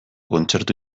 kontzertu